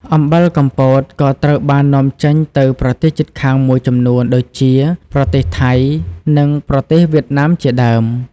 អំបិលកំពតក៏ត្រូវបាននាំចេញទៅប្រទេសជិតខាងមួយចំនួនដូចជាប្រទេសថៃនិងប្រទេសវៀតណាមជាដើម។